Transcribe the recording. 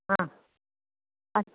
हा अस्तु